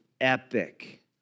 epic